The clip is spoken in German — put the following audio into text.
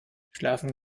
schlafen